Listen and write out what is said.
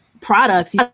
products